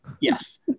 Yes